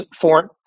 foreign